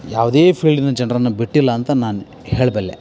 ಯಾವುದೇ ಫೀಲ್ಡಿನ ಜನರನ್ನ ಬಿಟ್ಟಿಲ್ಲಾಂತ ನಾನು ಹೇಳಬಲ್ಲೆ